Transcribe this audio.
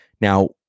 Now